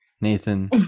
Nathan